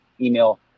email